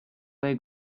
they